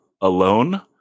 alone